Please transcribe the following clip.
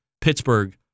Pittsburgh